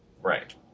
Right